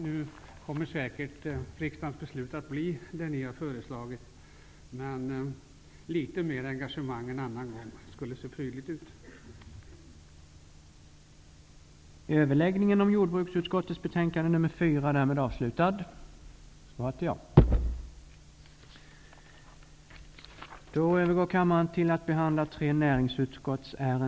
Nu kommer riksdagens beslut säkert att bli det ni har föreslagit, men litet mer engagemang skulle se prydligt ut en annan gång.